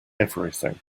everything